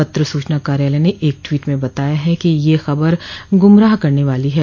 पत्र सूचना कार्यालय ने एक ट्वीट में बताया है कि यह खबर गुमराह करने वाली है